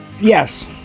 Yes